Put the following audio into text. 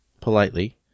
politely